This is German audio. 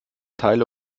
teile